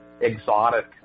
exotic